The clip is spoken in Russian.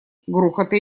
грохота